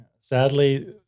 Sadly